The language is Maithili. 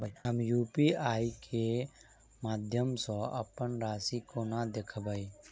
हम यु.पी.आई केँ माध्यम सँ अप्पन राशि कोना देखबै?